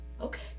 Okay